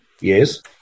Yes